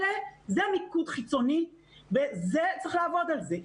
זה מיקוד חיצוני וצריך לעבוד על זה.